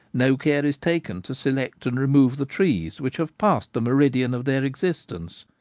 no care is taken to select and remove the trees which have passed the meridian of their existence,